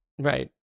Right